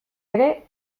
ere